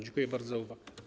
Dziękuję bardzo za uwagę.